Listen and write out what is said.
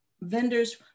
vendors